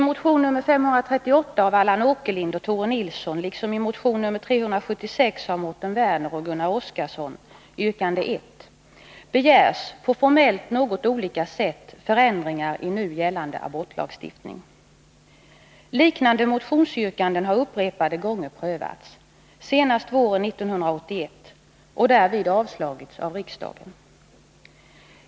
Liknande motionsyrkanden har upprepade gånger prövats, senast våren 1981, och därvid avslagits av riksdagen.